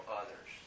others